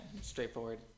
Straightforward